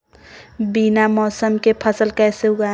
बिना मौसम के फसल कैसे उगाएं?